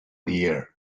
dear